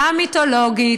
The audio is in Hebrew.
המיתולוגית,